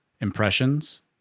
impressions